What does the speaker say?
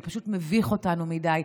זה פשוט מביך אותנו מדי.